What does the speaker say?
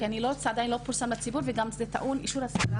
כי זה עדיין לא פורסם לציבור וזה גם טעון אישור השרה